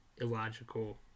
illogical